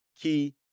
key